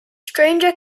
stranger